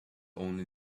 only